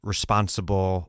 responsible